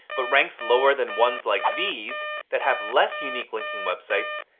but ranks lower than ones like these that have less unique linking websites,